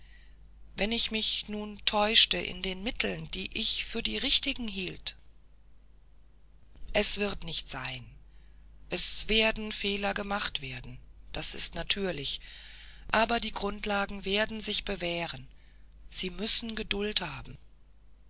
wenn ich mich nun täuschte in den mitteln die ich für die richtigen hielt es wird nicht sein es werden fehler gemacht werden das ist natürlich aber die grundlagen werden sich bewähren sie müssen geduld haben